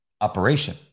Operation